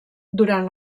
durant